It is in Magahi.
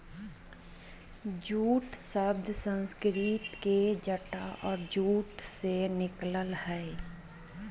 जूट शब्द संस्कृत के जटा और जूट से निकल लय हें